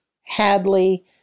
Hadley